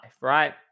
right